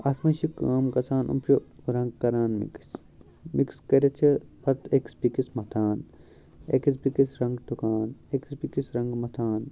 تتھ منٛز چھِ کٲم گژھان یِم چھِ رنٛگ کَران مِکٕس مِکٕس کٔرِتھ چھِ پَتہٕ أکِس بیٚکِس مَتھان أکِس بیٚکِس رَنٛگ ٹُھکان أکِس بیٚکِس رَنٛگہٕ مَتھان